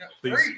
Please